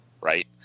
Right